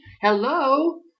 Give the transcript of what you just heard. Hello